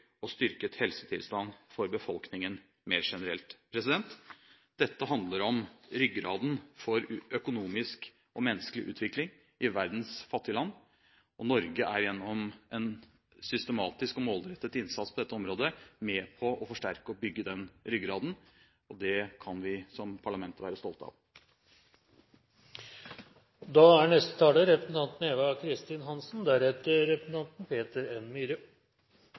og styrket helsetilstand for befolkningen mer generelt.» Dette handler om ryggraden i økonomisk og menneskelig utvikling i verdens fattige land. Norge er gjennom en systematisk og målrettet innsats på dette området med på å forsterke og bygge den ryggraden. Det kan vi som parlament være stolt av.